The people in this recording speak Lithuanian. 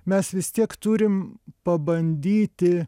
mes vis tiek turim pabandyti